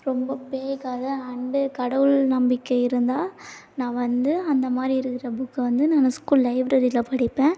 ரொம்ப பேய் கதை அண்டு கடவுள் நம்பிக்கை இருந்தால் நான் வந்து அந்த மாதிரி இருக்கிற புக்கிய வந்து நான் எங்கள் ஸ்கூல் லைப்ரரியில் படிப்பேன்